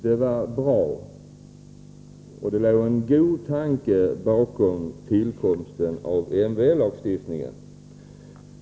Det var bra, och det låg en god tanke bakom tillkomsten av lagstiftningen.